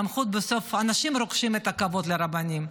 הסמכות, בסוף אנשים רוחשים כבוד לרבנים.